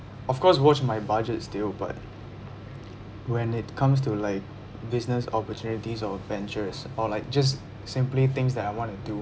of course watch my budget still but when it comes to like business opportunities or adventures or like just simply things that I wanna do